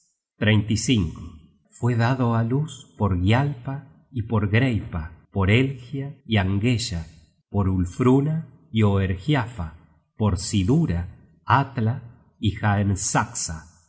y fue dado á luz por gialpa y por greipa por elgia y angeya por ulfruna y oergiafa por sidura atla y